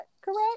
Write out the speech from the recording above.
correct